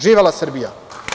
Živela Srbija.